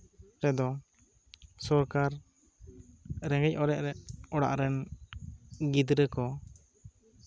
ᱨᱮᱫᱚ ᱥᱚᱨᱠᱟᱨ ᱨᱮᱸᱜᱮᱡᱼᱚᱨᱮᱡ ᱚᱲᱟᱜ ᱨᱮᱱ ᱜᱤᱫᱽᱨᱟᱹ ᱠᱚ